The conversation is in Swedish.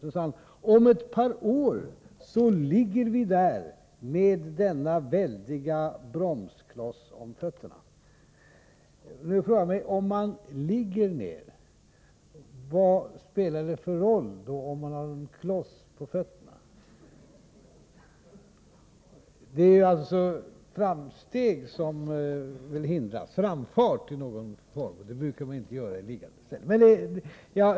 Han sade: Om ett par år så ligger vi där med denna väldiga bromskloss om fötterna. Jag vill fråga: Om man ligger ned, vad spelar det då för roll om man har en kloss på fötterna? Framfart, som skulle hindras, brukar inte ske i liggande ställning.